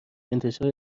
انتشار